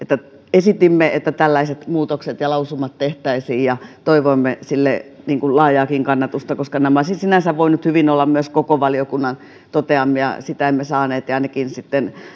esitimme että tällaiset muutokset ja lausumat tehtäisiin ja toivoimme niille laajaakin kannatusta koska nämä olisivat sinänsä voineet hyvin olla myös koko valiokunnan toteamia sitä emme saaneet ja sitten ainakin